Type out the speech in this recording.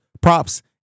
props